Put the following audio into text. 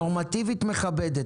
נורמטיבית מכבדת,